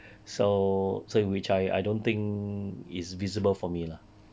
so so in which I I don't think is visible for me lah